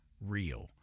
real